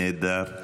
נהדר,